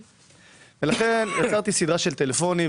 ולכן יצרתי סדרה של טלפונים,